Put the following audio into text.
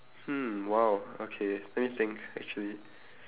hmm !wow! okay let me think actually